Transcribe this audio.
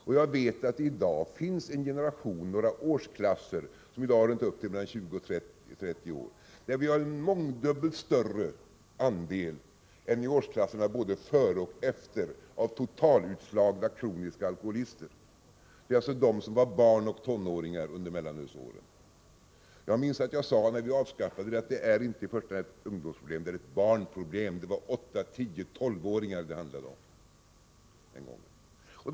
Och jag vet att det i dag finns en generation, några årsklasser som i dag kommit upp i åldern 20-30 år, där vi har en mångdubbelt större andel totalutslagna, kroniska alkoholister än i årsklasserna över och under den här gruppen. Det är alltså fråga om dem som var barn och tonåringar under mellanölsåren. Jag minns att jag när vi avskaffade mellanölet sade att det inte i första hand var ett ungdomsproblem utan ett barnproblem. Det var 8-10-12-åringar det handlade om den gången.